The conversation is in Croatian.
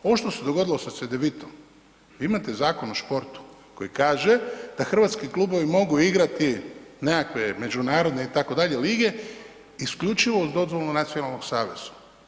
Ovo što se dogodilo sa Cedevitom, vi imate Zakon o športu, koji kaže da hrvatski klubovi mogu igrati nekakve međunarodne itd. lige isključivo uz dozvolu nacionalnog saveza.